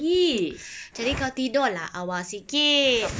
jadi kau tidur lah awal sikit